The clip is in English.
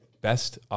best